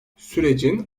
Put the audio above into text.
sürecin